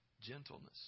gentleness